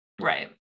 Right